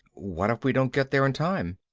what if we don't get there in time?